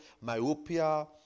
myopia